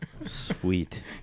Sweet